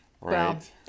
right